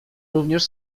również